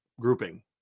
grouping